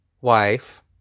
wife